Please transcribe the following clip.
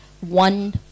one